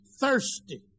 thirsty